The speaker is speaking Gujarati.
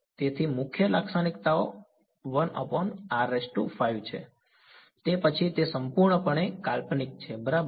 તેથી મુખ્ય લાક્ષણિકતાઓ છે તે પછી તે સંપૂર્ણપણે કાલ્પનિક છે બરાબર